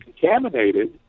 contaminated